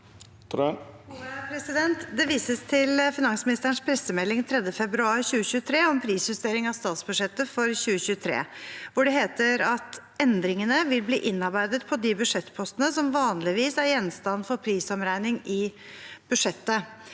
«Det vises til finansministerens pressemelding 3. februar 2023 om prisjustering av statsbudsjettet for 2023, hvor det heter at «endringene vil bli innarbeidet på de budsjettpostene som vanligvis er gjenstand for prisomregning i budsjettet».